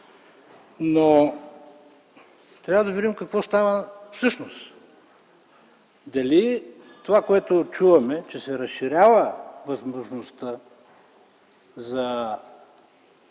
Трябва да видим обаче какво става всъщност: дали това, което чуваме – че се разширява възможността за